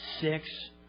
six